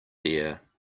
dear